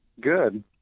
good